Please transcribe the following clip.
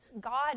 God